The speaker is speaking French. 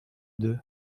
deux